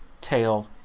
tail